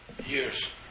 years